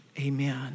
Amen